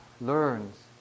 learns